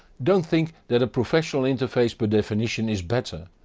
don't think that a professional interface per definition is better.